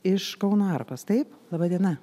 iš kauno arkos taip laba diena